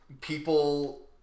people